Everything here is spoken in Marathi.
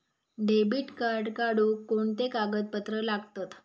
डेबिट कार्ड काढुक कोणते कागदपत्र लागतत?